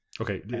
okay